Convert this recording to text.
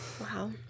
Wow